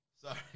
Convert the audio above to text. Sorry